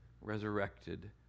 resurrected